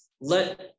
let